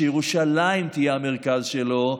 שירושלים תהיה המרכז שלו,